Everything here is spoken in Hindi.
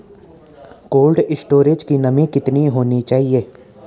कोल्ड स्टोरेज की नमी कितनी होनी चाहिए?